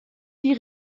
die